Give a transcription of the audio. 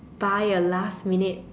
buy a last minute